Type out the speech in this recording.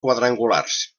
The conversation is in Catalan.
quadrangulars